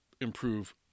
improve